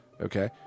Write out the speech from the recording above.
Okay